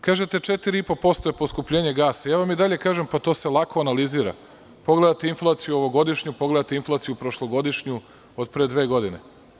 Kažete 4,5 posto je poskupljenje gasa, a ja vam i dalje kažem da se to lako analizira, ako pogledate inflaciju ovogodišnju, i prošlogodišnju, od pre dve godine.